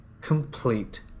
complete